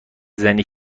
زنی